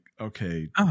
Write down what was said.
okay